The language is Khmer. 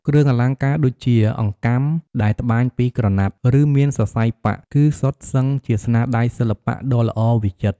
គ្រឿងអលង្ការដូចជាអង្កាំដែលត្បាញពីក្រណាត់ ឬមានសរសៃប៉ាក់ គឺសុទ្ធសឹងជាស្នាដៃសិល្បៈដ៏ល្អវិចិត្រ។